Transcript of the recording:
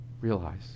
realize